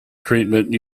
treatment